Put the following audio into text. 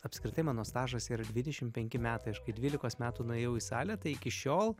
apskritai mano stažas yra dvidešim penki metai aš kai dvylikos metų nuėjau į salę tai iki šiol